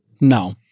no